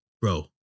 bro